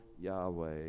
yahweh